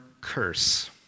curse